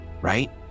right